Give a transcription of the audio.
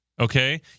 Okay